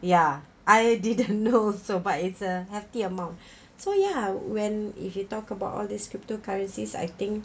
ya I didn't know so but it's a hefty amount so ya when if you talk about all these cryptocurrencies I think